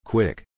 Quick